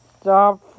Stop